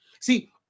See